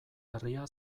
herria